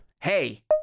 Hey